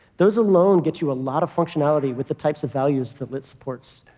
those alone get you a lot of functionality with the types of values that lit supports.